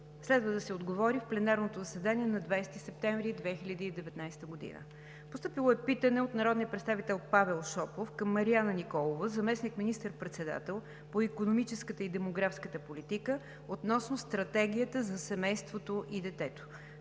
Следва да се отговори в пленарното заседание на 20 септември 2019 г.; - народния представител Павел Шопов към Мариана Николова – заместник министър-председател по икономическата и демографската политика, относно Стратегията за семейството и детето.